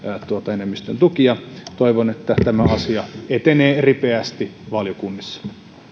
enemmistön tuki toivon että tämä asia etenee ripeästi valiokunnissa